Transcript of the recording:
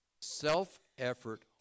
Self-effort